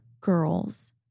girls